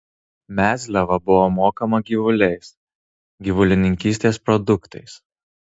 mezliava buvo mokama gyvuliais gyvulininkystės produktais